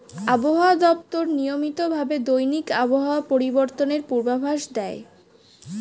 আবহাওয়া দপ্তর নিয়মিত ভাবে দৈনিক আবহাওয়া পরিবর্তনের পূর্বাভাস দেয়